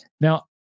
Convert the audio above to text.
Now